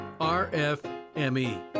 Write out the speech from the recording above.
RFME